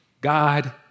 God